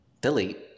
Delete